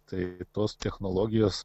tai tos technologijos